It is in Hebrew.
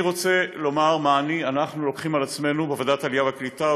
אני רוצה לומר מה אנחנו לוקחים על עצמנו בוועדת העלייה והקליטה,